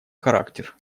характер